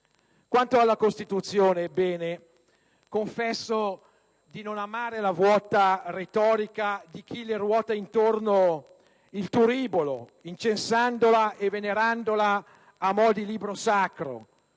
Quanto alla Costituzione, ebbene, confesso di non amare la vuota retorica di chi le ruota intorno il turibolo, incensandola e venerandola come fosse un libro sacro.